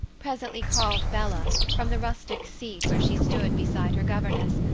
presently called bella, from the rustic seat where she stood beside her governess,